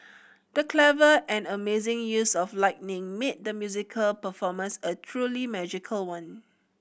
the clever and amazing use of lighting made the musical performance a truly magical one